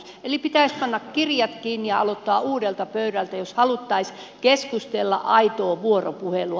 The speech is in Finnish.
eli pitäisi panna kirjat kiinni ja aloittaa uudelta pöydältä jos haluttaisiin keskustella aitoa vuoropuhelua